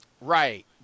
Right